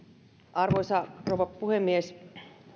arvoisa rouva puhemies